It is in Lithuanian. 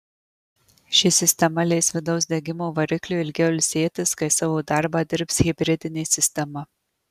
ši sistema leis vidaus degimo varikliui ilgiau ilsėtis kai savo darbą dirbs hibridinė sistema